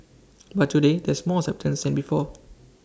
but today there's more acceptance than before